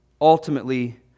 ultimately